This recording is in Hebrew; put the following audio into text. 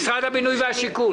משרד הבינוי והשיכון.